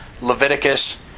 Leviticus